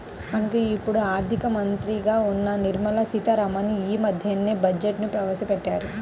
మనకు ఇప్పుడు ఆర్థిక మంత్రిగా ఉన్న నిర్మలా సీతారామన్ యీ మద్దెనే బడ్జెట్ను ప్రవేశపెట్టారు